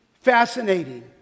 Fascinating